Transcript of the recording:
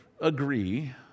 agree